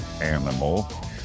animal